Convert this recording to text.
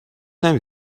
نمی